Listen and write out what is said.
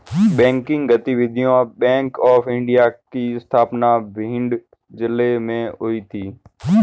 banking गतिविधियां bank of India की स्थापना भिंड जिले में हुई थी